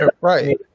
Right